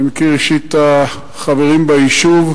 אני מכיר אישית את החברים ביישוב,